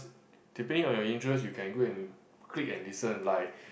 depending on your interest you can go and click and listen like